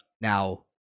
now